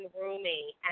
roomy